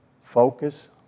focus